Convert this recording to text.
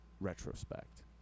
retrospect